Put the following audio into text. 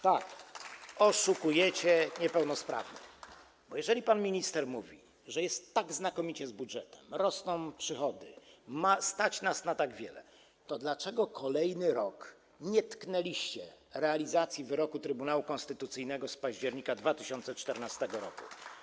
Tak, oszukujecie niepełnosprawnych, bo jeżeli pan minister mówi, że jest tak znakomicie z budżetem, rosną przychody, stać nas na tak wiele, to dlaczego kolejny rok nie tknęliście realizacji wyroku Trybunału Konstytucyjnego z października 2014 r.